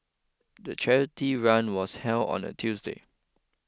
the charity run was held on a Tuesday